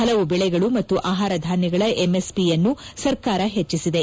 ಹಲವು ಬೆಳೆಗಳು ಮತ್ತು ಆಹಾರ ಧಾನ್ವಗಳ ಎಂಎಸ್ ಪಿಯನ್ನು ಸರ್ಕಾರ ಹೆಚ್ಚಿಸಿದೆ